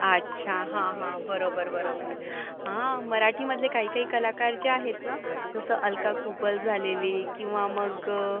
अच्छा हां हां बरोबर बरोबर हां मराठीमधले काही काही कलाकार जे आहेत ना जसं अलका कुबल झालेली किंवा मग